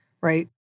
Right